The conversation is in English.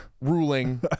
ruling